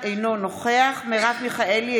אינו נוכח מרב מיכאלי,